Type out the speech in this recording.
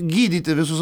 gydyti visus